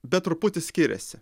bet truputį skiriasi